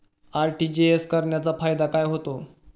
RTGS करण्याचा फायदा काय होतो?